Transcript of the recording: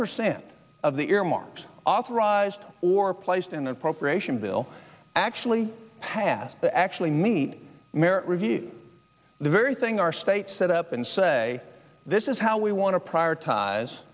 percent of the earmarks authorized or placed in the appropriations bill actually passed to actually meet review the very thing our state set up and say this is how we want to prioritize